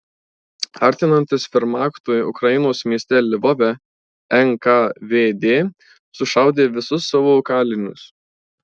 artinantis vermachtui ukrainos mieste lvove nkvd sušaudė visus savo kalinius